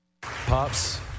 Pops